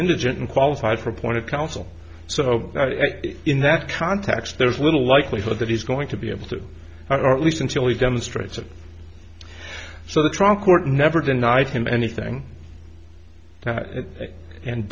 indigent and qualified for appointed counsel so in that context there is little likelihood that he's going to be able to or least until he demonstrates it so the trunk court never denied him anything and